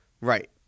right